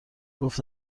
گفت